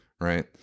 right